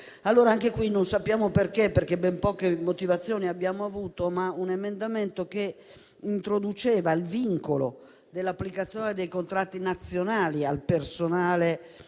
Non ne sappiamo il motivo, perché ben poche motivazioni abbiamo avuto, ma un emendamento che introduceva il vincolo dell'applicazione dei contratti nazionali al personale incaricato